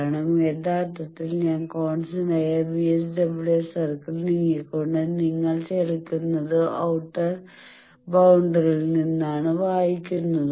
കാരണം യഥാർത്ഥത്തിൽ ഞാൻ കോൺസ്റ്റന്റായ VSWR സർക്കിളിൽ നീങ്ങിക്കൊണ്ട് നിങ്ങൾ ചലിക്കുന്നത് ഞാൻ ഔട്ടർ ബൌണ്ടറിയിൽ നിന്ന് വായിക്കുന്നു